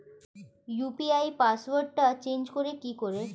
UPI পাসওয়ার্ডটা change করে কি করে?